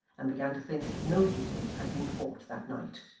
and began to think no duel had been fought that night.